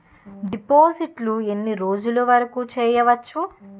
డిపాజిట్లు ఎన్ని రోజులు వరుకు చెయ్యవచ్చు?